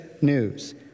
news